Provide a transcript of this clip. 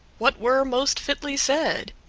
what were most fitly said?